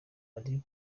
uri